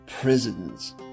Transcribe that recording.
prisons